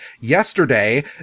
yesterday